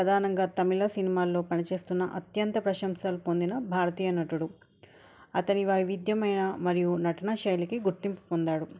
ప్రధానంగా తమిళ సినిమాల్లో పనిచేస్తున్న అత్యంత ప్రశంసలు పొందిన భారతీయ నటుడు అతని వైవిధ్యమైన మరియు నటన శైలికి గుర్తింపు పొందాడు